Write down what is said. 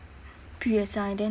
preassigned then